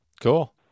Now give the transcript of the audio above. Cool